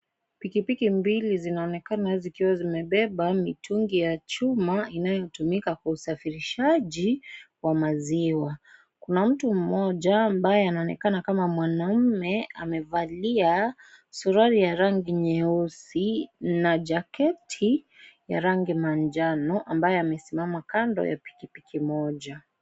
Pikipiki mbili zinaonekana zikiwa zimebeba mituni ya chuma inayotumika usafirishaji wa maziwa, kuna mtu mmoja ambaye anayeonekana kama mwanamume amevalia suruale ya rangi nyeusi na jaketi ya rangi manjano ambaye amesimama kando ya pikipiki moja.